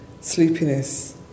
sleepiness